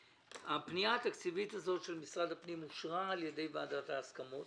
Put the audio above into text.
- הפנייה התקציבית הזאת של משרד הפנים אושרה על ידי ועדת ההסכמות.